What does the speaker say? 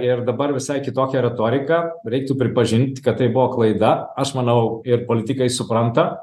ir dabar visai kitokia retorika reiktų pripažint kad tai buvo klaida aš manau ir politikai supranta